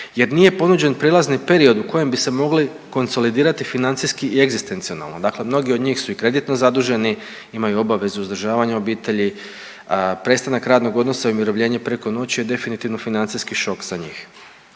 jer nije ponuđen prijelazni period u kojem bi se mogli konsolidirati financijski i egzistencijalno, dakle mnogi od njih su i kreditno zaduženi, imaju obavezu uzdržavanja obitelji, prestanak radnog odnosa i umirovljenje preko noći je definitivno financijski šok za njih.